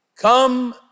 Come